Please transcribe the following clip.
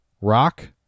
rock